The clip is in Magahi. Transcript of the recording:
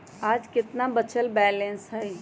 आज केतना बचल बैलेंस हई?